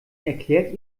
erklärt